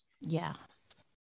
Yes